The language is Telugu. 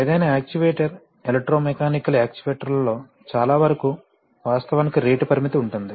ఏదైనా యాక్చుయేటర్ ఎలక్ట్రోమెకానికల్ యాక్చుయేటర్లలో చాలావరకు వాస్తవానికి రేటు పరిమితి ఉంటుంది